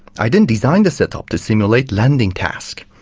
i then designed the set-up to simulate landing task.